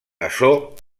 açò